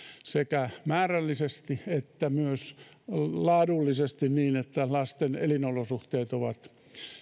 sekä määrällisesti että myös laadullisesti niin että lasten elinolosuhteet ovat